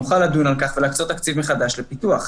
נוכל לדון על כך ולהקצות תקציב מחדש לפיתוח.